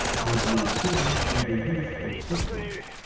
may be obtained through the use of ficta notes,